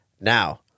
now